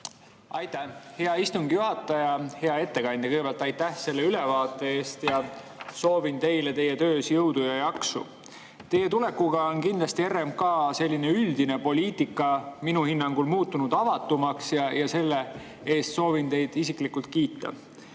Aitäh, hea istungi juhataja! Hea ettekandja, kõigepealt aitäh selle ülevaate eest ja soovin teile teie töös jõudu ja jaksu. Teie tulekuga on RMK selline üldine poliitika minu hinnangul kindlasti muutunud avatumaks ja selle eest soovin teid isiklikult kiita.